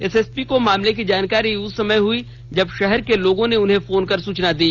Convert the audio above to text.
SSP को मामले की जानकारी उस समय हुई जब शहर के लोगों ने उन्हें फोन कर सूचना दी